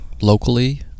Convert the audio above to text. locally